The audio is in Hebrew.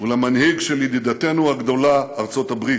ולמנהיג של ידידתנו הגדולה ארצות הברית,